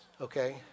okay